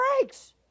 breaks